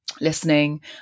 listening